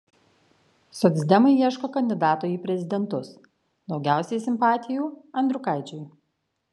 socdemai ieško kandidato į prezidentus daugiausiai simpatijų andriukaičiui